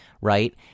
right